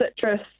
citrus